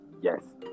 yes